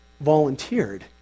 volunteered